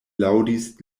laŭdis